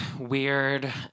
weird